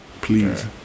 Please